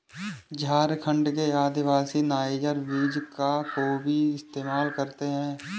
झारखंड के आदिवासी नाइजर बीज का बखूबी इस्तेमाल करते हैं